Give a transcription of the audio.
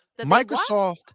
Microsoft